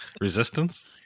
Resistance